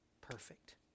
perfect